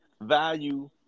value